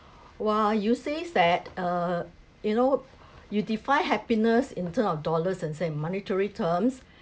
!wah! you say that uh you know you define happiness in term of dollars and cents in monetary terms